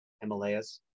Himalayas